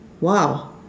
Wow